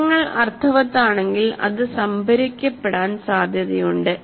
വിവരങ്ങൾ അർത്ഥവത്താണെങ്കിൽ അത് സംഭരിക്കപ്പെടാൻ സാധ്യതയുണ്ട്